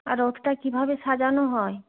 আর রথটা কীভাবে সাজানো হয়